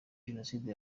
jenoside